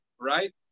right